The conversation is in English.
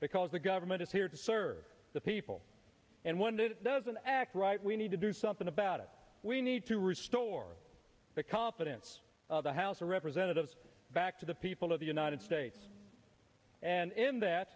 because the government is here to serve the people and when that doesn't act right we need to do something about it we need to restore the confidence of the house of representatives back to the people of the united states and in that